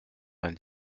vingt